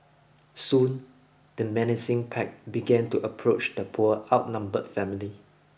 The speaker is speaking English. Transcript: soon the menacing pack began to approach the poor outnumbered family